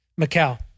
Macau